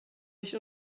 nicht